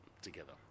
together